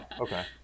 okay